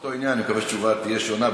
באותו עניין, אני מקווה שהתשובה תהיה שונה.